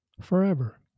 forever